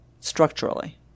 structurally